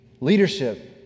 leadership